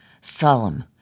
solemn